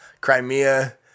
Crimea